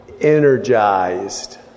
energized